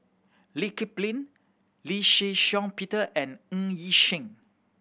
Lee Kip Lin Lee Shih Shiong Peter and Ng Yi Sheng